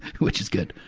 which is good.